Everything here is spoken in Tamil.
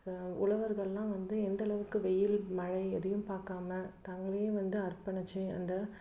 உழவர்கள்லாம் வந்து எந்தளவுக்கு வெயில் மழை எதையும் பாக்காமல் தங்களையே வந்து அர்ப்பணித்து அந்த